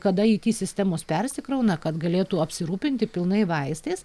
kada it sistemos persikrauna kad galėtų apsirūpinti pilnai vaistais